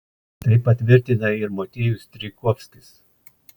tai patvirtina ir motiejus strijkovskis